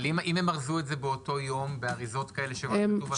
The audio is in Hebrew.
אבל אם הם ארזו את זה באותו יום באריזות כאלה שלא כתוב על זה?